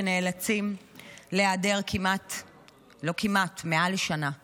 שנאלצים להיעדר מעל שנה מהבית,